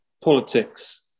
politics